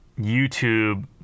youtube